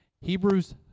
Hebrews